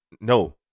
no